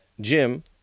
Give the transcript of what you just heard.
jim